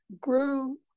grew